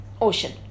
ocean